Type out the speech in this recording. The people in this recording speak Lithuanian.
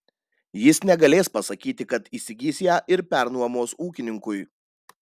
jis negalės pasakyti kad įsigys ją ir pernuomos ūkininkui